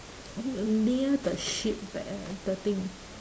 uh the near the sheep there the thing